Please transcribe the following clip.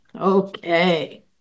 Okay